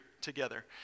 together